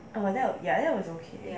oh that that [one] was okay